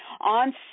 On